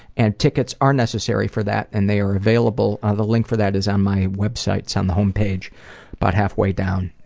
and tickets are necessary for that, and they are available ah the link for that is on my website. it's on the homepage about but halfway down.